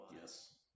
Yes